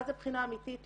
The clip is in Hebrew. מה זה בחינה אמיתית?